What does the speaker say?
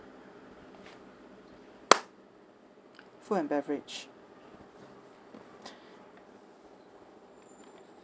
okay food and beverage